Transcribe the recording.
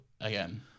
again